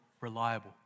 reliable